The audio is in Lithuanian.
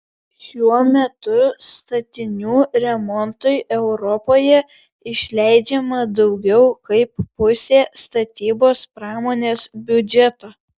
šiuo metu statinių remontui europoje išleidžiama daugiau kaip pusė statybos pramonės biudžeto